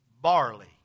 Barley